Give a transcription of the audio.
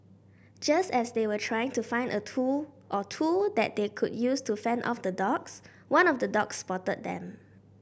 just as they were trying to find a tool or two that they could use to fend off the dogs one of the dogs spotted them